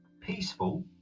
peaceful